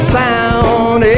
sound